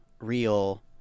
real